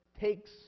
takes